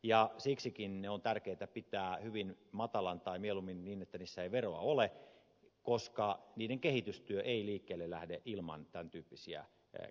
ja siksikin niiden verotus on tärkeä pitää hyvin matalana tai mieluummin niin että niissä ei veroa ole koska niiden kehitystyö ei liikkeelle lähde ilman tämän tyyppisiä kannusteita